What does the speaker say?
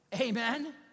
Amen